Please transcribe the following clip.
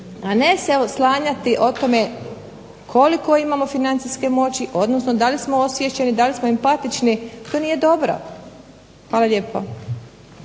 a ne se oslanjati o tome koliko imamo financijske moći, odnosno da li smo osviješteni, da li smo empatični. To nije dobro. Hvala lijepo.